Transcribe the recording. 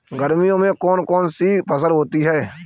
गर्मियों में कौन कौन सी फसल होती है?